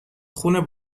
خون